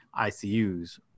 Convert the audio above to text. ICUs